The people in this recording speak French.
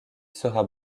sera